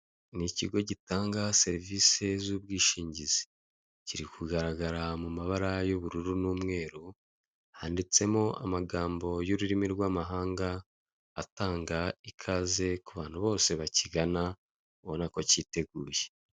Ni ikigo gitanga serivise z'ubwishingizi. Kiri kugaragara mu mabara y'ubururu n'umweru, handitsemo amagambo y'rurimi rw'amahanga; atanga ikaze ku bantu bose bakigana, ubona ko cyiteguye.